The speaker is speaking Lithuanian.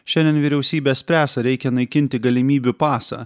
šiandien vyriausybė spręs ar reikia naikinti galimybių pasą